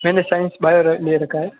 मैंने science bio ले रखा है